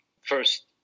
first